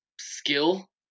skill